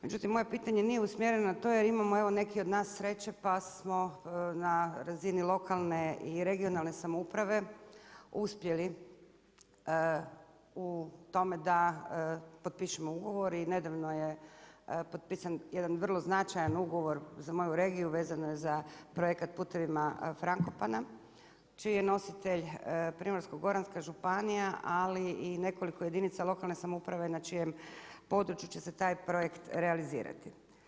Međutim, moje pitanje nije usmjereno na to jer imamo evo neki od nas sreće pa smo na razini lokalne i regionalne samouprave uspjeli u tome da potpišemo ugovor i nedavno je potpisan jedan vrlo značajan ugovor za moju regiju, vezano je za projekat „Putevima Frankopana“, čiji je nositelj Primorsko-goranaka županija ali i nekoliko jedinica lokalne samouprave na čijem području će se taj projekt realizirati.